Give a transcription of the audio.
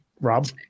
Rob